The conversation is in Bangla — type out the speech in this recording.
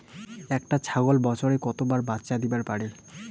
একটা ছাগল বছরে কতবার বাচ্চা দিবার পারে?